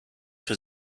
für